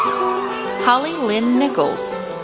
holly lynn nichols,